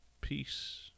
Peace